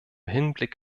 hinblick